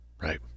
Right